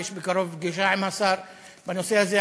יש בקרוב פגישה עם השר בנושא הזה,